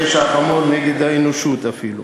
פשע חמור נגד האנושות אפילו.